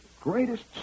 greatest